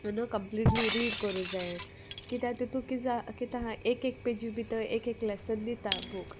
U know completely read करूं जाय कित्या तितू किद जा कित्या एक एक पेजी भितर एक एक लेसन दिता बूक